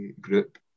Group